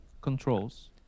controls